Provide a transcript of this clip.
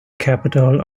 capital